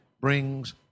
brings